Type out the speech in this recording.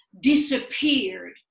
disappeared